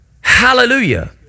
Hallelujah